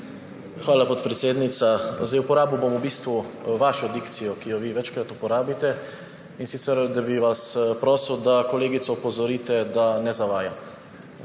Hvala, podpredsednica. Uporabil bom vašo dikcijo, ki jo vi večkrat uporabite, in sicer bi vas prosil, da kolegico opozorite, da ne zavaja.